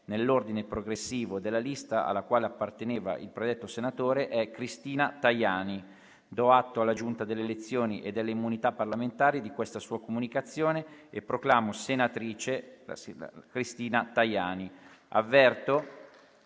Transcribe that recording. nell'ordine progressivo della lista alla quale apparteneva il predetto senatore è Cristina Tajani. Do atto alla Giunta delle elezioni e delle immunità parlamentari di questa sua comunicazione e proclamo senatrice Cristina Tajani.